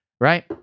right